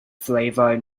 flavor